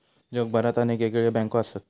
जगभरात अनेक येगयेगळे बँको असत